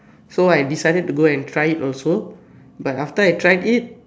so I decided to go and try it also but after I tried it